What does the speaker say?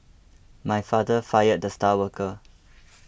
my father fired the star worker